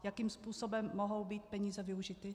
Jakým způsobem mohou být peníze využity?